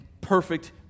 perfect